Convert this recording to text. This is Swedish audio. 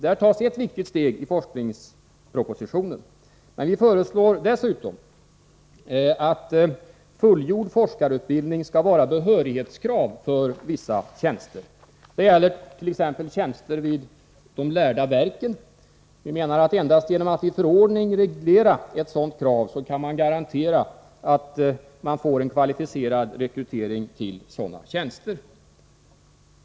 Det tas ett viktigt steg i forskningspropositionen, men vi föreslår dessutom att fullgjord forskarutbildning skall vara behörighetskrav för vissa tjänster. Det gäller t.ex. tjänster vid de ”lärda verken”. Endast genom att i förordning reglera ett sådant krav kan man garantera att man får en kvalificerad rekrytering till dessa tjänster.